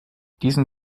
diesen